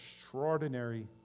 extraordinary